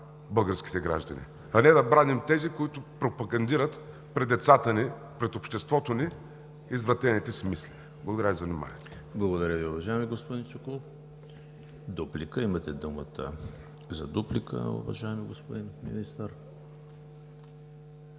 българските граждани, а не да браним тези, които пропагандират пред децата ни, пред обществото ни извратените си мисли. Благодаря Ви за вниманието. ПРЕДСЕДАТЕЛ ЕМИЛ ХРИСТОВ: Благодаря Ви, уважаеми господин Чуколов. Дуплика – имате думата за дуплика, уважаеми господин Министър.